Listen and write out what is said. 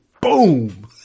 boom